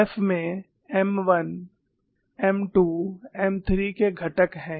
F में M 1 M 2 M 3 के घटक हैं